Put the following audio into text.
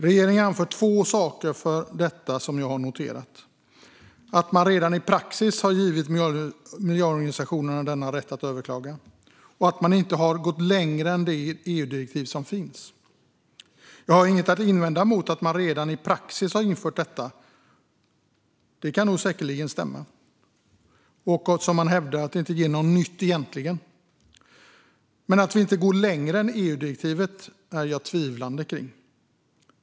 Regeringen anför två saker som jag har noterat, nämligen man att redan i praxis har givit miljöorganisationerna denna rätt att överklaga och att man inte har gått längre än det EU-direktiv som finns. Jag har inget att invända mot att man redan i praxis har infört detta. Det kan säkerligen stämma, och man hävdar att det inte ger något nytt. Men att vi inte går längre än EU-direktivet ställer jag mig tvivlande till.